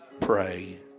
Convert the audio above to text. Pray